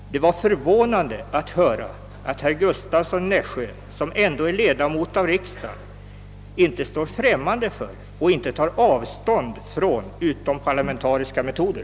Det var förvånande att höra att herr Gustavsson, som ändå är ledamot av riksdagen, inte står främmande för och inte tar avstånd från utomparlamentariska metoder.